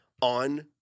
on